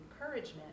encouragement